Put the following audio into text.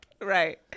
Right